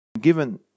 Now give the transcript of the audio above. given